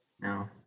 No